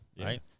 right